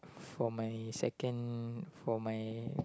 for my second for my